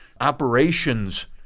operations